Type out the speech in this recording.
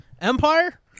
Empire